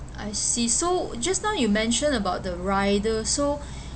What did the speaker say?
I see so just now you mentioned about the rider so